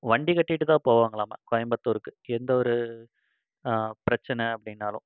வண்டி கட்டிகி ட்டு தான் போவாங்களாமா கோயம்புத்தூருக்கு எந்த ஒரு பிரச்சனை அப்படின்னாலும்